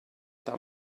that